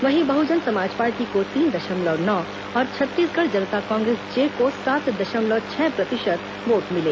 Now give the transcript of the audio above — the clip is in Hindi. वहीं बहुजन समाज पार्टी को तीन दशमलव नौ और छत्तीसगढ़ जनता कांग्रेस जे को सात दशमलव छह प्रतिशत वोट मिले